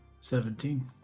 Seventeen